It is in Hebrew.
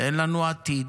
ואין לנו עתיד,